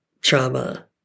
trauma